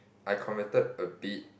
I converted a bit